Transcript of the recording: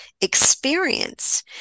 experience